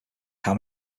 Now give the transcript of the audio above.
how